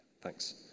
Thanks